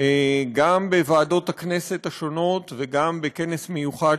גם בוועדות הכנסת השונות וגם בכנס מיוחד,